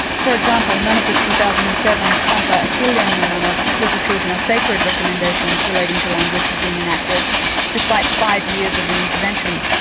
for example none of the two thousand and seven ampe ah akelyernemane ah little children are sacred recommendations relating to language have been enacted despite five years of the intervention.